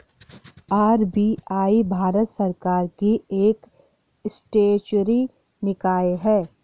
RBI Bharat सरकार की एक स्टेचुअरी निकाय है